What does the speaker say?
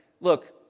look